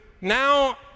now